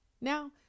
Now